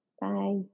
Bye